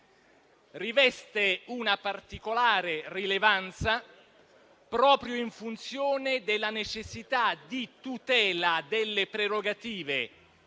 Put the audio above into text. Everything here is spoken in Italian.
Riveste una particolare rilevanza proprio in funzione della necessità di tutela delle prerogative